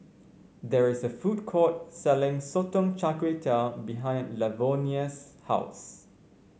there is a food court selling Sotong Char Kway behind Lavonia's house